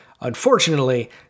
Unfortunately